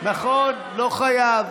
נכון, לא חייב,